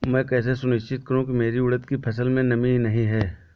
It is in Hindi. मैं कैसे सुनिश्चित करूँ की मेरी उड़द की फसल में नमी नहीं है?